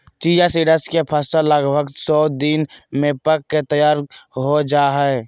chia seeds के फसल लगभग सो दिन में पक के तैयार हो जाय हइ